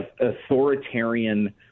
authoritarian